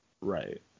Right